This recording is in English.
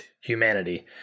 humanity